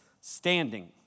standing